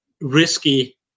risky